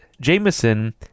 Jameson